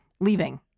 leaving